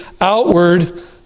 outward